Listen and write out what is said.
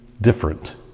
different